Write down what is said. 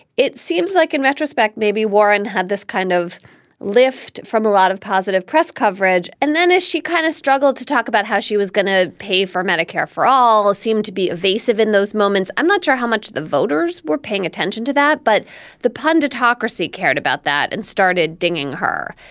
it seems like in retrospect, maybe warren had this kind of lift from a lot of positive press coverage and then as she kind of struggled to talk about how she was going to pay for medicare for all, ah seemed to be evasive in those moments. i'm not sure how much the voters were paying attention to that, but the punditocracy cared about that and started digging her.